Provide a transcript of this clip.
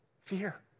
Fear